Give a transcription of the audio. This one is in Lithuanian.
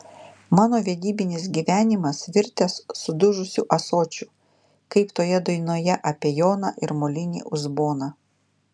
mano vedybinis gyvenimas virtęs sudužusiu ąsočiu kaip toje dainoje apie joną ir molinį uzboną